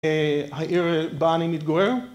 העיר בה אני מתגורר